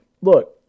Look